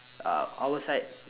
uh our side